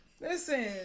Listen